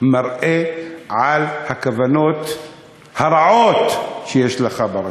מראה את הכוונות הרעות שיש לך ברשות.